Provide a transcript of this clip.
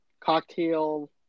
cocktail